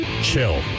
Chill